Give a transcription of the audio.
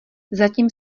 zatím